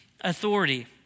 authority